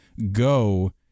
go